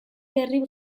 herri